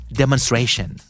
demonstration